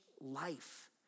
life